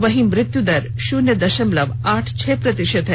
वहीं मृत्यु दर शून्य दशमलव आठ छह प्रतिशत है